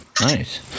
Nice